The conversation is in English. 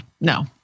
No